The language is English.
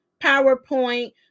PowerPoint